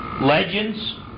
legends